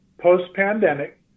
post-pandemic